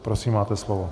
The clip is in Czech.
Prosím, máte slovo.